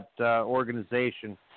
organization